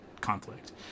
conflict